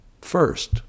First